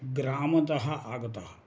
ग्रामात् आगतः